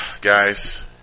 guys